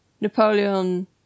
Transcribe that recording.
Napoleon